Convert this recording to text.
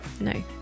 No